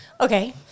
Okay